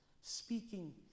speaking